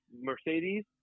Mercedes